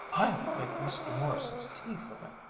i'll make mr. morrison's tea for him.